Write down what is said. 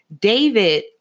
David